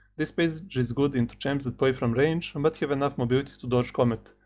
this page is good into champs that play from range, and but have enough mobility to dodge comet,